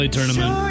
Tournament